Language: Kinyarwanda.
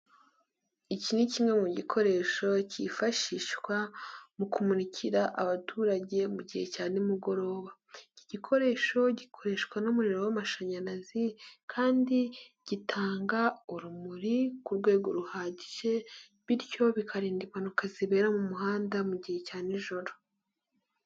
Iki ni kimwe mu gikoresho cyifashishwa mu kumurikira abaturage mu gihe cya nimugoroba. Iki gikoresho gikoreshwa n'umuriro w'amashanyarazi, kandi gitanga urumuri ku rwego ruhagije, bityo bikarinda impanuka zibera mu muhanda mu gihe cya nijoro.